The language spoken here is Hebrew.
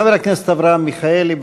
חבר הכנסת אברהם מיכאלי,